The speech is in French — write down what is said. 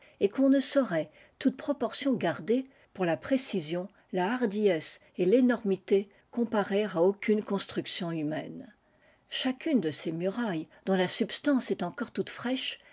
et qu'on ne saurait toutes proportions gardées pour la précision la hardiesse et fénormité comparer à aucune construction humaine chacune de ces murailles dont la substance est encore toute fraîche